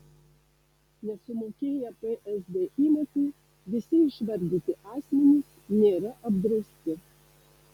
nesumokėję psd įmokų visi išvardyti asmenys nėra apdrausti